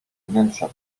wnętrza